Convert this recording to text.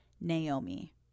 Naomi